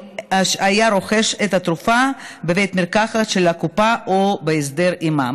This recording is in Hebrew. היה רוכש את התרופה בבית מרקחת של הקופה או שבהסדר עימה.